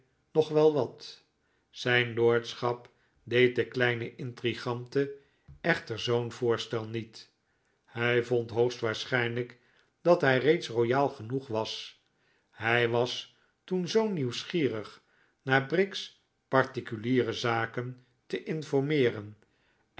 nog wel wat zijn lordschap deed de kleine intrigante echter zoo'n voorstel niet hij vond hoogstwaarschijnlijk dat hij reeds royaal genoeg was hij was toen zoo nieuwsgierig naar briggs particuliere zaken te informeeren